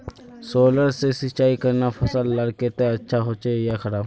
Solar से सिंचाई करना फसल लार केते अच्छा होचे या खराब?